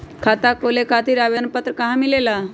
खाता खोले खातीर आवेदन पत्र कहा मिलेला?